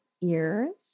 ears